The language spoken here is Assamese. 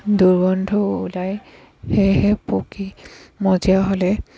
দুৰ্গন্ধও ওলায় সেয়েহে পকী মজিয়া হ'লে